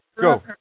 go